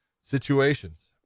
situations